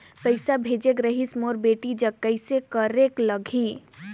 पइसा भेजेक रहिस मोर बेटी जग कइसे करेके लगही?